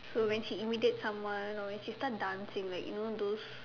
so when she imitate someone or when she start dancing like you know those